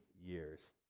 years